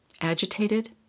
Agitated